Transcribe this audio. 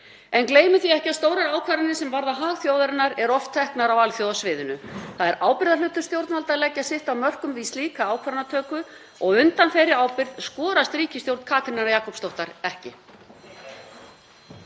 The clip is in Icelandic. En gleymum því ekki að stórar ákvarðanir sem varða hag þjóðarinnar eru oft teknar á alþjóðasviðinu. Það er ábyrgðarhlutur stjórnvalda að leggja sitt af mörkum við slíka ákvarðanatöku og undan þeirri ábyrgð skorast ríkisstjórn Katrínar Jakobsdóttur ekki.